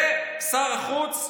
ושר החוץ,